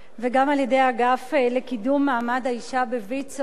וגם על-ידי האגף לקידום מעמד האשה בויצו.